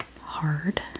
hard